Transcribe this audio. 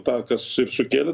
tą kas ir sukėlė